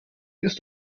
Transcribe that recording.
ist